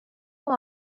com